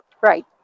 Right